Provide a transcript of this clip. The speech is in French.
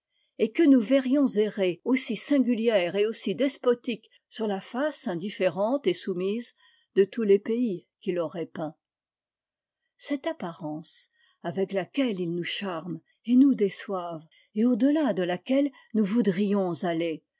et que nous verrions errer aussi singulière et aussi despotique sur la face indifférente et soumise de tous les pays qu'il aurait peints cette apparence avec laquelle ils nous charment et nous déçoivent t au delà de laquelle nous voudrions aller